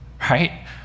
right